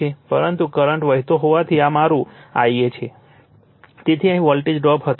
પરંતુ કરંટ વહેતો હોવાથી આ મારું Ia છે તેથી અહીં વોલ્ટેજ ડ્રોપ થશે